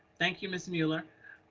thank you, mrs. muller.